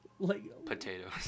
Potatoes